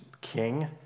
king